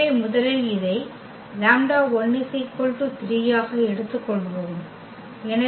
எனவே முதலில் இதை λ1 3 ஆக எடுத்துக்கொள்வோம்